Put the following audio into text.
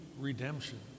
redemption